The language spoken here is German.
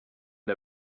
der